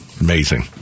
Amazing